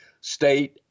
state